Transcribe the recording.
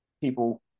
people